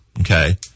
Okay